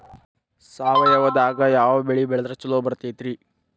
ಸಾವಯವದಾಗಾ ಯಾವ ಬೆಳಿ ಬೆಳದ್ರ ಛಲೋ ಬರ್ತೈತ್ರಿ?